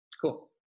Cool